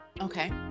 okay